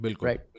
right